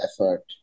effort